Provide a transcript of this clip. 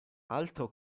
altro